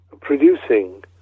producing